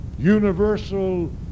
universal